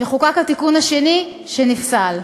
וחוקק התיקון השני, שנפסל.